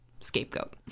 scapegoat